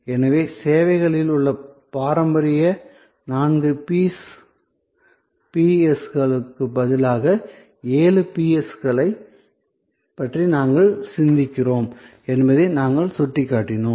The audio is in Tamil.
எனவே சேவைகளில் உள்ள பாரம்பரிய நான்கு P's களுக்குப் பதிலாக ஏழு P's களைப் பற்றி நாங்கள் சிந்திக்கிறோம் என்பதை நாங்கள் சுட்டிக்காட்டினோம்